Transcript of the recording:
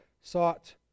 sought